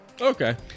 Okay